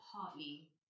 Partly